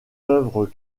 œuvres